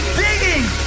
digging